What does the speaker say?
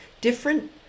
different